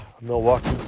Milwaukee